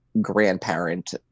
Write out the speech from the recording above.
grandparent